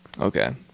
okay